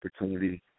opportunity